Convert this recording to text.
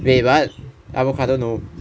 wait what avocado no